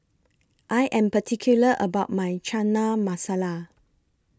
I Am particular about My Chana Masala